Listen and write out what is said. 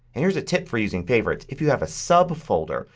and here's a tip for using favorites. if you have a subfolder,